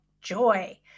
joy